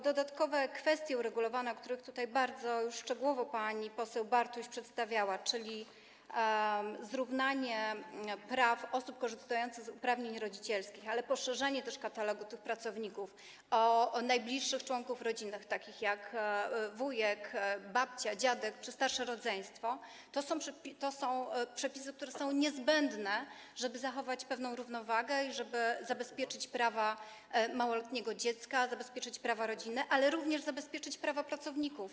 Dodatkowe kwestie uregulowane, które tutaj bardzo szczegółowo już pani poseł Bartuś przedstawiała, czyli zrównanie praw osób korzystających z uprawnień rodzicielskich, ale też poszerzenie katalogu tych pracowników o najbliższych członków rodziny, takich jak wujek, babcia, dziadek czy starsze rodzeństwo, to są przepisy, które są niezbędne, żeby zachować pewną równowagę i żeby zabezpieczyć prawa małoletniego dziecka, zabezpieczyć prawa rodziny, ale również zabezpieczyć prawa pracowników.